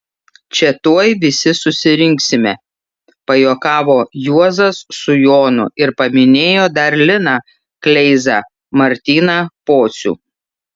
čia tuoj visi susirinksime pajuokavo juozas su jonu ir paminėjo dar liną kleizą martyną pocių